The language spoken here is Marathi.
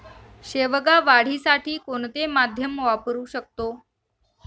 शेवगा वाढीसाठी कोणते माध्यम वापरु शकतो?